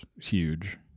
huge